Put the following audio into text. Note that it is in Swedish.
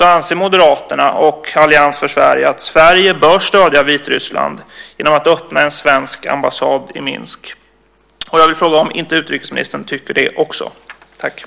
anser Moderaterna och Allians för Sverige att Sverige bör stödja Vitryssland genom att öppna en svensk ambassad i Minsk. Jag vill fråga om inte utrikesministern också tycker det.